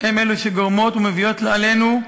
הן שגורמות ומביאות, לא עלינו,